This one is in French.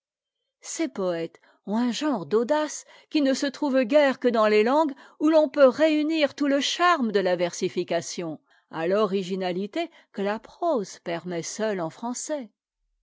ces poëtes ont un genre d'audace qui ne se trouve guère que dans les langues où l'on peut réunir tout le charme de la versification à l'originalité que la prose permet seule en français